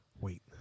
Wait